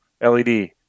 LED